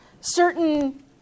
certain